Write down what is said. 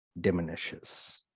diminishes